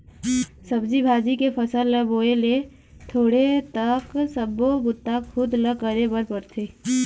सब्जी भाजी के फसल ल बोए ले तोड़े तक सब्बो बूता खुद ल करे बर परथे